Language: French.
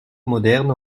moderne